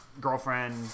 Girlfriend